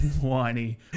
Whiny